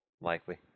Likely